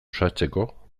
uxatzeko